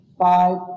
five